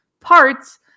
parts